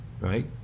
Right